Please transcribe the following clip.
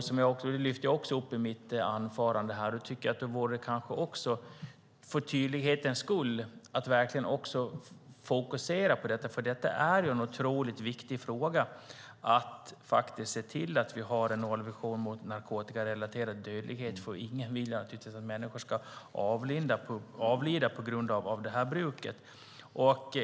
Som jag lyfte fram i mitt anförande borde man för tydlighets skull verkligen fokusera på att ha en nollvision också mot narkotikarelaterad dödlighet, för ingen vill att människor ska avlida på grund av det bruket.